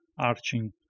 arching